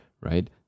right